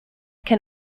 can